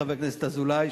חבר הכנסת אזולאי,